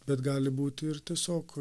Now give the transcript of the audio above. bet gali būti ir tiesiog